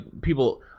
people